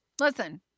Listen